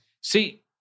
See